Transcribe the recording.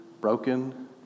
broken